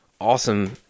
awesome